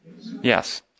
Yes